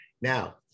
Now